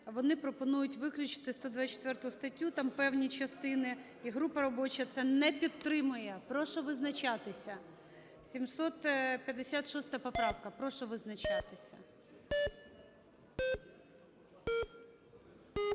вони пропонують виключити 124 статтю, там певні частини, і група робоча це не підтримує. Прошу визначатися. 756 поправка. Прошу визначатися.